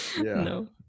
no